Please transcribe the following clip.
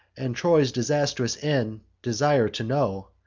and troy's disastrous end desire to know,